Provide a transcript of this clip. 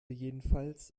jedenfalls